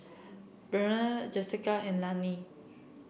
Breann Jesica and Lanny